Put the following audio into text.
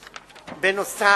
בנוסף,